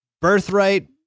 birthright